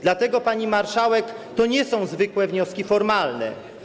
Dlatego, pani marszałek, to nie są zwykłe wnioski formalne.